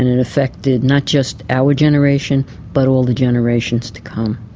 and it affected not just our generation but all the generations to come.